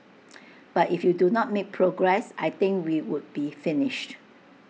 but if you do not make progress I think we would be finished